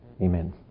Amen